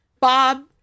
Bob